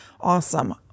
awesome